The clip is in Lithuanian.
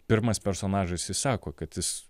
pirmas personažas jis sako kad jis